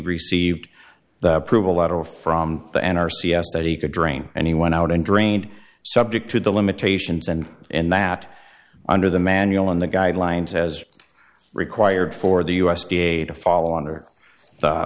received the approval letter from the n r c yes that he could drain and he went out and drained subject to the limitations and in that under the manual in the guidelines as required for the u s d a to fall under the